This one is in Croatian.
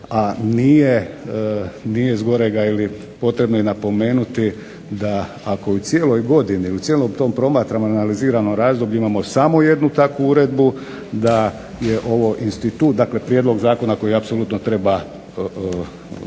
a nije zgorega ili potrebno je napomenuti da ako u cijeloj godini, u cijelom tom promatranom i analiziranom razdoblju imamo samo jednu takvu uredbu da je ovo institut, dakle prijedlog zakona koji apsolutno treba